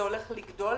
זה הולך לגדול,